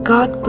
God